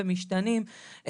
ומשתנים.